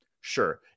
Sure